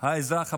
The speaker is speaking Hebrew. האזרח הפשוט.